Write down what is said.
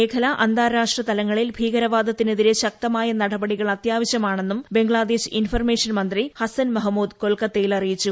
മേഖലാ അന്താരാഷ്ട്ര തലങ്ങളിൽ തീവ്രവാദത്തിനെതിരെ ശക്തമായ നടപടികൾ അത്യാവശ്യമാണെന്ന് ബംഗ്ലാദേശ് ഇൻഫർമേഷൻ മന്ത്രി ഹസൻ മൊഹമ്മൂദ് കൊൽക്കത്തയിൽ അറിയിച്ചു